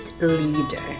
leader